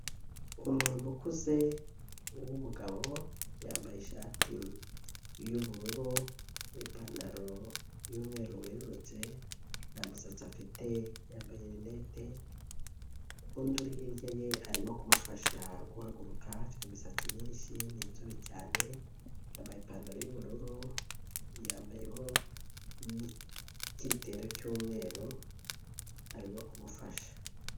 Umuntu ukuze w'umugabo yambaye ishati y'ubururu ipantaro y'umweru werurutse nta musatsi afite. yambaye linete, undi uri hirya ye arimo kumufasha guhaguruka afite imisatsi myinshi ni inzobe cyane, yambaye ipantaro y'ubururu yambayeho n'icyiitero cy'umweru arimo kumufasha.